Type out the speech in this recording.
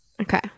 Okay